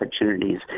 opportunities